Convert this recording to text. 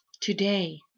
today